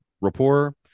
rapport